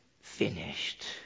finished